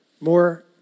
more